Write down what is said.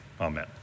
amen